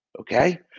Okay